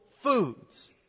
foods